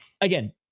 again